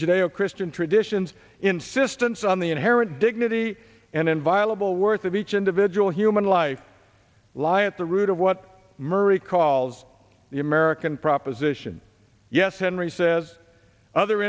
judeo christian traditions insistence on the inherent dignity and inviolable worth of each individual human life lie at the root of what murray calls the american proposition yes henry says other